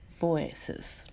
Voices